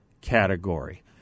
category